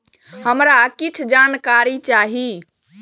हमरा कीछ जानकारी चाही